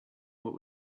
what